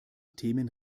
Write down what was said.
themen